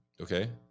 Okay